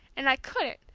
and i couldn't,